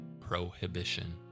prohibition